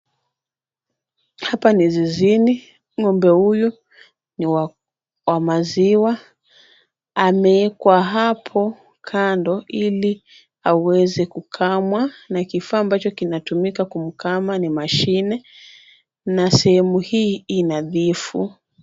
Hapa ni zizini, ng'ombe huyu ni wa maziwa, amewekwa hapo kando ili aweze kukamwa, na kifaa ambacho kinatumika kumkama ni mashine na sehemu hii i nadhifu.